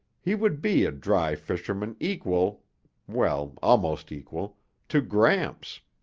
he would be a dry fisherman equal well, almost equal to gramps.